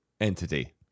Entity